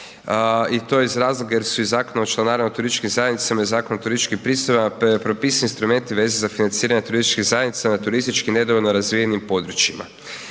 i to iz razloga jer su i Zakonom o članarinama turističkih zajednica i Zakonom o turističkim pristojbama propisani instrumenti vezani za financiranje turističkih zajednica na turistički nedovoljno razvijenim područjima.